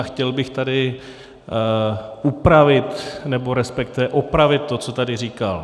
Chtěl bych tady upravit, nebo resp. opravit to, co tady říkal.